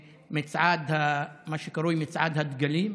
ממה שקרוי "מצעד הדגלים"